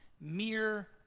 mere